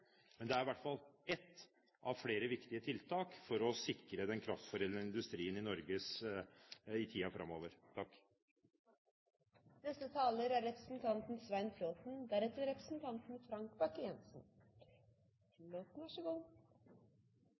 men det er i hvert fall et av flere viktige tiltak for å sikre den kraftforedlende industrien i Norge i tiden framover. Av statsrådens svar på replikkene fra representanten